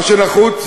מה שנחוץ,